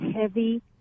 heavy